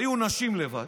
היו נשים לבד,